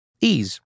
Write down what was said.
Ease